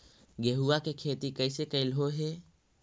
गेहूआ के खेती कैसे कैलहो हे?